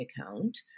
account